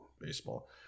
Baseball